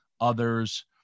others